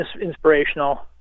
inspirational